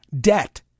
Debt